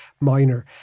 minor